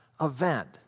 event